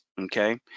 okay